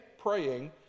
praying